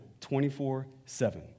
24-7